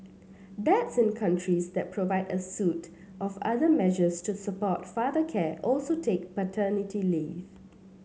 dads in countries that provide a suite of other measures to support father care also take paternity leave